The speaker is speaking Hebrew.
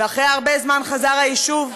ואחרי הרבה זמן חזר האיש שוב.